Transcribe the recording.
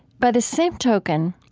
by the same token,